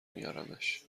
میارمش